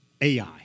AI